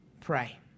pray